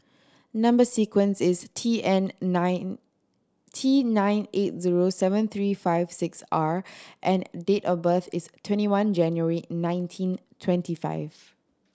number sequence is T eight nine T nine eight zero seven three five six R and date of birth is twenty one January nineteen twenty five